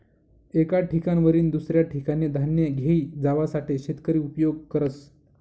एक ठिकाणवरीन दुसऱ्या ठिकाने धान्य घेई जावासाठे शेतकरी उपयोग करस